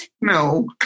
No